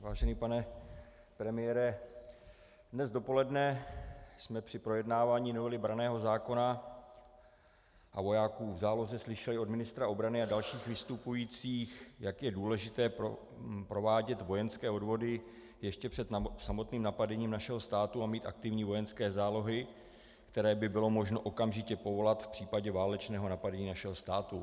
Vážený pane premiére, dnes dopoledne jsme při projednávání novely branného zákona a vojáků v záloze slyšeli od ministra obrany a dalších vystupujících, jak je důležité provádět vojenské odvody ještě před samotným napadením našeho státu a mít aktivní vojenské zálohy, které by bylo možno okamžitě povolat v případě válečného napadení našeho státu.